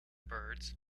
birds